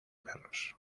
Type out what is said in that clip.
perros